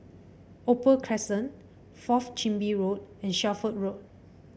Opal Crescent Fourth Chin Bee Road and Shelford Road